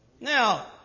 Now